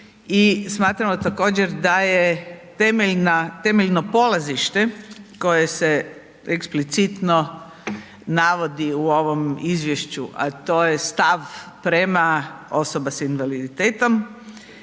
smatramo također da je temeljno polazište koje se eksplicitno navodi u ovom izvješću, a to je stav prema osobama s invaliditetom